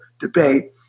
Debate